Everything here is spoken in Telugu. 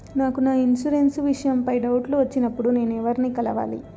నాకు నా ఇన్సూరెన్సు విషయం పై డౌట్లు వచ్చినప్పుడు నేను ఎవర్ని కలవాలి?